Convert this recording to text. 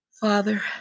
Father